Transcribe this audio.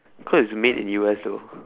cause it's made in U_S though